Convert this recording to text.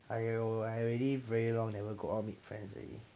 !aiyo! I already very long never go out meet friends already